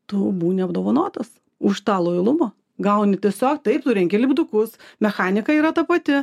tu būni apdovanotas už tą lojalumą gauni tiesiog taip tu renki lipdukus mechanika yra ta pati